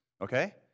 okay